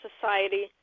society